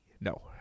No